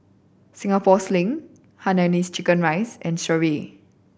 Singapore Sling Hainanese Chicken Rice and Sireh